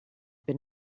been